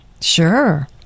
Sure